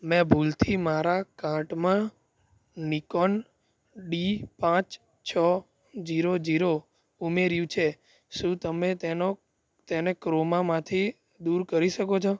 મેં ભૂલથી મારા કાર્ટમાં નિકોન ડી પાંચ છ જીરો જીરો ઉમેર્યું છે શું તમે તેનો તેને ક્રોમામાંથી દૂર કરી શકો છો